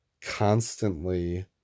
constantly